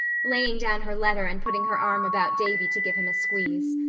laying down her letter and putting her arm about davy to give him a squeeze,